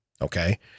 okay